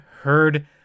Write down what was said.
heard